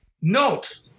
Note